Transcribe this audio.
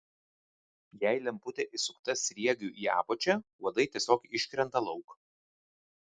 jei lemputė įsukta sriegiu į apačią uodai tiesiog iškrenta lauk